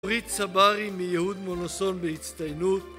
אורית צברי מיהוד מונוסון בהצטיינות